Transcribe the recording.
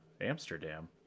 Amsterdam